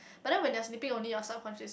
but then when you're sleeping only your subconscious